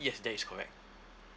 yes that is correct